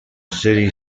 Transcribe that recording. city